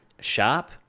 Sharp